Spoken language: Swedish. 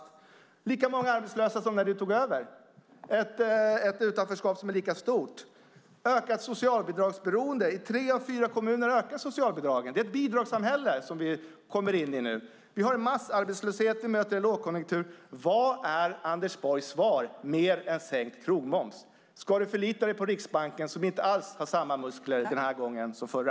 Det är lika många arbetslösa som när ni tog över, ett utanförskap som är lika stort. Det är ett ökat socialbidragsberoende. I tre av fyra kommuner ökar socialbidragen. Det är ett bidragssamhälle som vi kommer in i nu. Vi har en massarbetslöshet som vi möter i en lågkonjunktur. Vad är Anders Borgs svar mer än sänkt krogmoms? Ska du förlita dig på Riksbanken, som inte alls har samma muskler den här gången som förra?